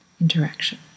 Interaction